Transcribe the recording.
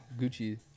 Gucci